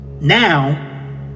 now